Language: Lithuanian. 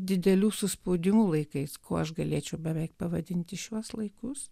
didelių suspaudimų laikais kuo aš galėčiau beveik pavadinti šiuos laikus